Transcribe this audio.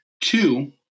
Two